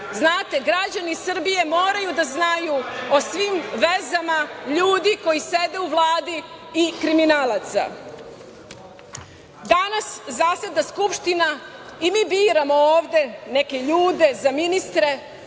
Znate, građani Srbije moraju da znaju o svim vezama ljudi koji sede u Vladi, i kriminalaca. Danas zaseda Skupština i mi biramo ovde neke ljude za ministre